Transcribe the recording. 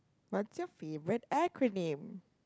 what's your favorite acronym